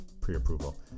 pre-approval